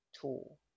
tool